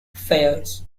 fairs